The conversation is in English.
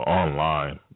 online